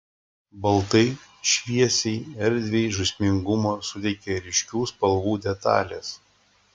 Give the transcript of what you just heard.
baltai šviesiai erdvei žaismingumo suteikia ryškių spalvų detalės